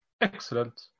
Excellent